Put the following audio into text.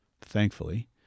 thankfully